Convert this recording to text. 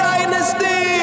Dynasty